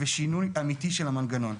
ושינוי אמיתי של המנגנון.